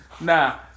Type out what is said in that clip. Nah